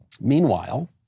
Meanwhile